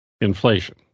inflation